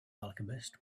alchemist